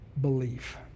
belief